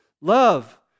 Love